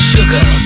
Sugar